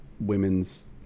women's